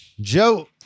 Joe